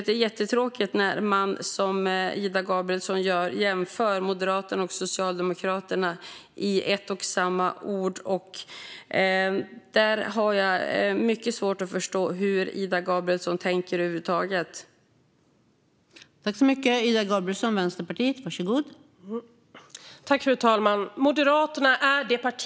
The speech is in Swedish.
Det är jättetråkigt att Ida Gabrielsson likställer Moderaterna och Socialdemokraterna, och jag har svårt att förstå hur Ida Gabrielsson över huvud taget tänker.